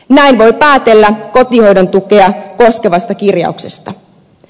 näin voi päätellä kotihoidon tukea koskevasta kirjauksesta